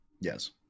yes